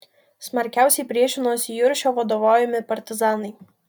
smarkiausiai priešinosi juršio vadovaujami partizanai